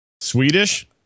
swedish